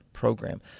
program